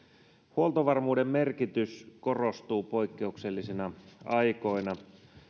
huoltovarmuuden merkitys korostuu poikkeuksellisina aikoina